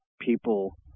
people